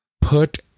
put